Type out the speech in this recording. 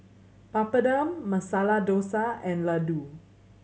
Papadum Masala Dosa and Ladoo